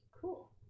Cool